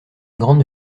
grande